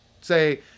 say